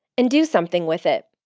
and do something with it.